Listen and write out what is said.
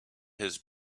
his